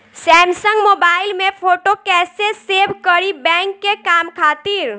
Samsung mobile में photo कैसे save करीं बैंक के काम खातिर?